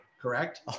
correct